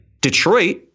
Detroit